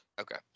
Okay